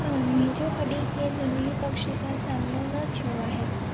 न मुंहिंजो कॾहिं कंहिं जंगली पक्षी सां सामिनो न थियो आहे